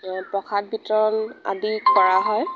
প্ৰসাদ বিতৰণ আদি কৰা হয়